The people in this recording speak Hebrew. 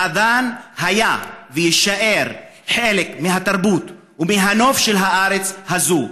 האד'אן היה ויישאר חלק מהתרבות ומהנוף של הארץ הזאת.